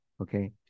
Okay